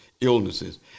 illnesses